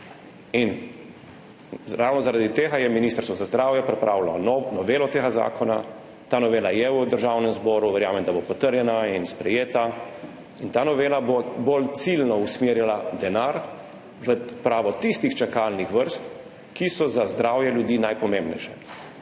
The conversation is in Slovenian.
Ravno zaradi tega je Ministrstvo za zdravje pripravilo novelo tega zakona. Ta novela je v Državnem zboru, verjamem, da bo potrjena in sprejeta, in ta novela bo bolj ciljno usmerjala denar v odpravo tistih čakalnih vrst, ki so za zdravje ljudi najpomembnejše.